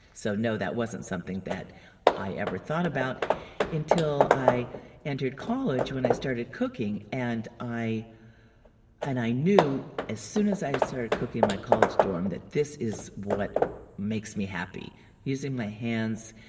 so no, that wasn't something that i ever thought about until i entered college when i started cooking. and i and i knew as soon as i started cooking in my college dorm that this is what makes me happy using my hands.